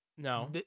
No